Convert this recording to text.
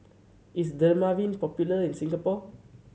is Dermaveen popular in Singapore